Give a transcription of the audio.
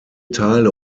teile